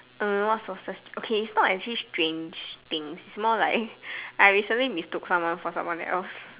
err what sources okay is actually not strange things is more like I recently mistook someone for someone else